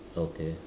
okay